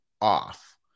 off